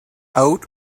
out